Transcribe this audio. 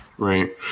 Right